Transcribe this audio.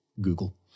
Google